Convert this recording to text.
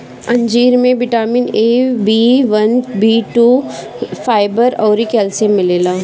अंजीर में vitamin A, B one, B two, fibre अउरी कैल्शियम मिलेला